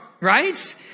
right